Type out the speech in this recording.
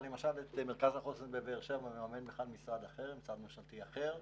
אבל למשל את מרכז החוסן בבאר שבע מממן משרד ממשלתי אחר.